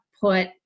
put